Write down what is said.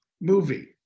movie